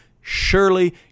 surely